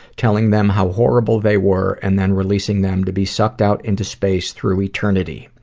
telling them how horrible they were, and then releasing them to be sucked out into space through eternity.